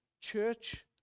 church